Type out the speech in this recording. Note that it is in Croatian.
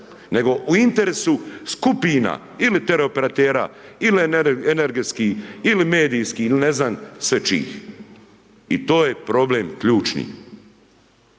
nego u interesu skupina ili tele operatera ili energetski ili medijski ili ne znam sve čijih, i to je problem ključni.